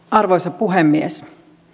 arvoisa puhemies